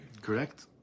Correct